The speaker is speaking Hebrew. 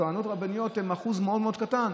טוענות רבניות הן אחוז מאוד מאוד קטן.